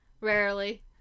Rarely